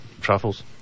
truffles